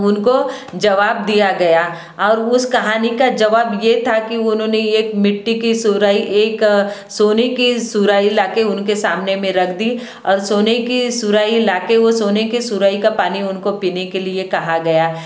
उनको जवाब दिया गया और उस कहानी का जवाब ये था कि उन्होंने एक मिट्टी की सुराही एक सोने की सुराही लाकर उनके सामने में रख दी और सोने की सुराही लाकर वो सोने की सुराही का पानी उनको पीने के लिए कहा गया